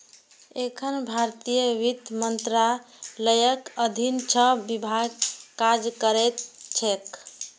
एखन भारतीय वित्त मंत्रालयक अधीन छह विभाग काज करैत छैक